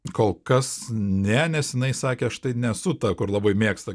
kol kas ne nes inai sakė aš nesu ta kur labai mėgsta